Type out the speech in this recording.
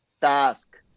task